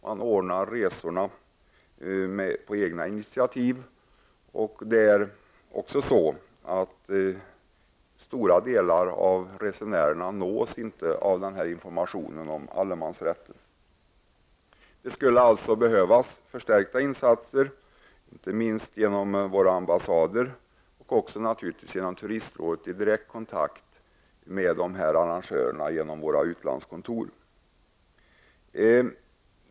Resorna företas på eget initiativ, och många turister nås inte av informationen om allemansrätten. Det behövs alltså förstärkta insatser inte minst via våra ambassader och från turistrådet, som kan ta direkt kontakt med researrangörerna genom våra utlandskontor.